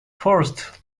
forced